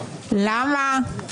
למה,